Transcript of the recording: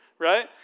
right